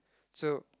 so